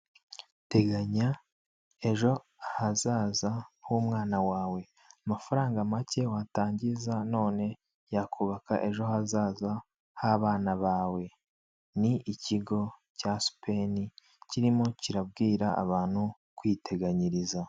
Teganya ejo hazaza h'umwana wawe, amafaranga make watangiza none yakubaka ejo hazaza h'abana bawe, ni ikigo cya supeni kirimo kirabwira abantu kwiteganyiriza.